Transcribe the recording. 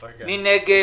מי נגד?